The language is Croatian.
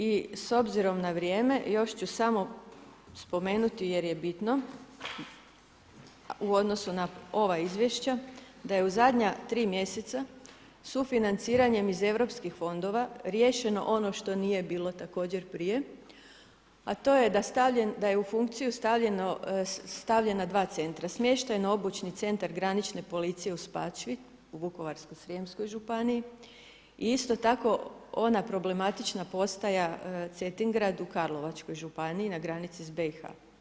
I s obzirom na vrijeme još ću samo spomenuti jer je bitno u odnosu na ova izvješća da je u zadnja 3 mjeseca sufinanciranjem iz europskih fondova riješeno ono što nije bilo također prije, a to je da je u funkciju stavljena dva centra, smještajno obučni centra granične policije u Spačvi, u Vukovarsko-srijemskoj županiji i isto tako ona problematična postaja Cetingrad u Karlovačkoj županiji na granici sa BiH.